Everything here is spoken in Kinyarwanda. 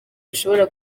bishobora